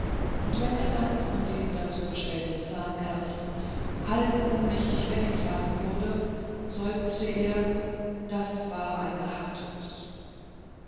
und wenn er dann von den dazu bestellten zahnärzten halb ohnmächtig weggetragen wurde seufzte er das war eine harte nuß